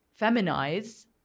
feminize